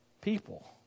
people